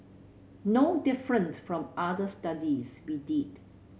no different from other studies we did